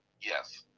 yes